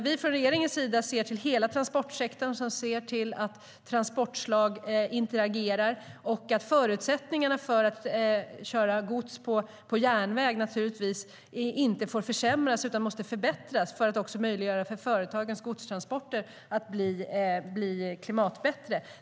Vi från regeringens sida ser till hela transportsektorn, alltså att transportslag interagerar och att förutsättningarna för att köra gods på järnväg naturligtvis inte får försämras utan måste förbättras för att också möjliggöra för företagens godstransporter att bli bättre klimatmässigt.